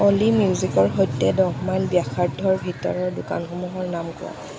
অ'লি মিউজিকৰ সৈতে দহ মাইল ব্যাসাৰ্ধৰ ভিতৰৰ দোকানসমূহৰ নাম কোৱা